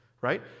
right